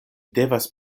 devas